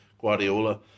Guardiola